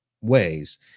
ways